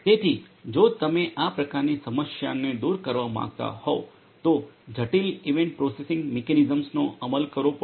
તેથી જો તમે આ પ્રકારની સમસ્યાને દૂર કરવા માંગતા હોવ તો જટિલ ઇવેન્ટ પ્રોસેસિંગ મિકેનિઝમ્સનો અમલ કરવો પડશે